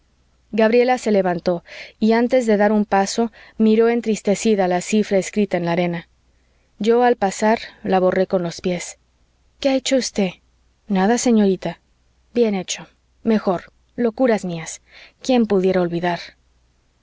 gabriela se levantó y antes de dar un paso miró entristecida la cifra escrita en la arena yo al pasar la borré con los pies qué ha hecho usted nada señorita bien hecho mejor locuras mías quién pudiera olvidar